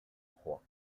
proie